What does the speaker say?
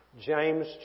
James